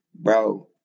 Bro